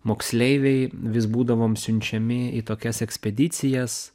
moksleiviai vis būdavom siunčiami į tokias ekspedicijas